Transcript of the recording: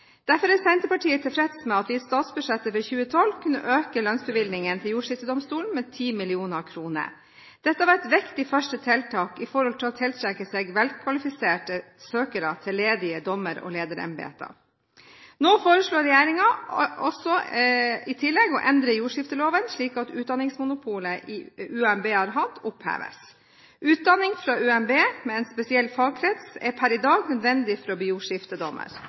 Derfor er Senterpartiet tilfreds med at vi i statsbudsjettet for 2012 kunne øke lønnsbevilgningene til jordskiftedomstolen med 10 mill. kr. Dette har vært et viktig første tiltak for å tiltrekke seg velkvalifiserte søkere til ledige dommer- og lederembeter. Nå foreslår regjeringen i tillegg å endre jordskifteloven slik at utdanningsmonopolet til Universitetet for miljø- og biovitenskap oppheves. Utdanning fra UMB med en spesiell fagkrets er per i dag nødvendig for å bli